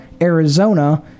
Arizona